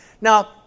Now